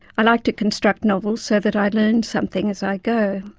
i like to construct novels so that i learn something as i go.